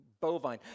bovine